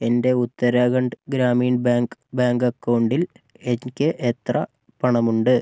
എൻ്റെ Uttarakhand Gramin bank bank അക്കൗണ്ടിൽ എനിക്ക് എത്ര പണമുണ്ട്